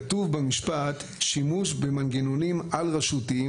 כתוב במשפט: "שימוש במנגנונים על רשותיים